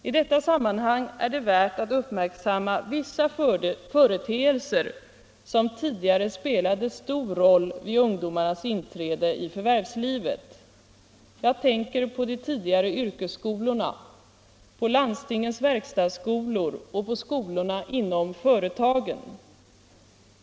I detta sammanhang är det värt att uppmärksamma vissa företeelser som tidigare spelade stor roll vid ungdomarnas inträde i förvärvslivet. Jag tänker på de tidigare yrkesskolorna, på landstingens verkstadsskolor och på skolorna inom företagen.